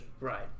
Right